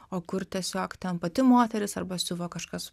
o kur tiesiog ten pati moteris arba siuvo kažkas